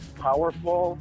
Powerful